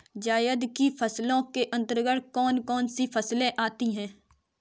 जायद की फसलों के अंतर्गत कौन कौन सी फसलें आती हैं?